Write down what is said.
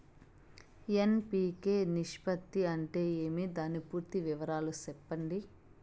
NPK నిష్పత్తి అంటే ఏమి దాని పూర్తి వివరాలు సెప్పండి?